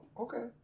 Okay